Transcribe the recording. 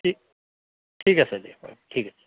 ঠিক ঠিক আছে দিয়ক বাৰু ঠিক আছে